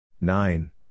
Nine